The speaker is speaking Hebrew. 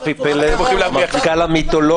הפגנה.